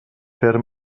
fer